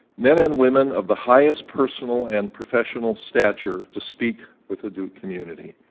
men and women of the highest personal and professional stature to speak with the duke community.